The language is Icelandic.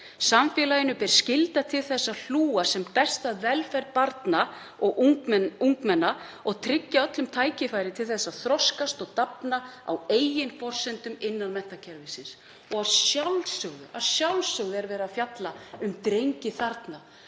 Samfélaginu ber skylda til þess að hlúa sem best að velferð barna og ungmenna og tryggja öllum tækifæri til þess að þroskast og dafna á eigin forsendum innan menntakerfisins.“ Að sjálfsögðu er verið að fjalla um drengi þarna.